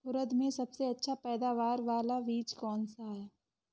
उड़द में सबसे अच्छा पैदावार वाला बीज कौन सा है?